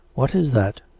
what is that?